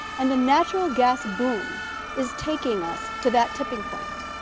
and the natural gas boom is taking us to that tipping point,